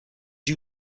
you